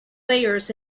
players